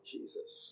Jesus